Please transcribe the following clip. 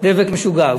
דבק משוגע.